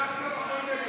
נתקבלה.